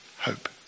hope